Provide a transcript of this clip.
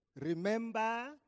Remember